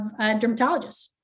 dermatologists